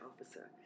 officer